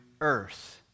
earth